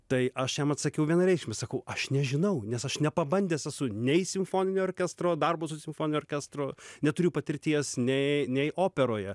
tai aš jam atsakiau vienareikšmis sakau aš nežinau nes aš nepabandęs esu nei simfoninio orkestro darbo su simfoniniu orkestru neturiu patirties nei nei operoje